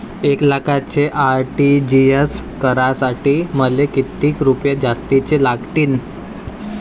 एक लाखाचे आर.टी.जी.एस करासाठी मले कितीक रुपये जास्तीचे लागतीनं?